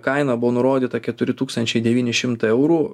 kaina buvo nurodyta keturi tūkstančiai devyni šimtai eurų